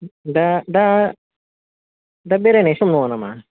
दा दा दा बेरायनाय सम नङा नामा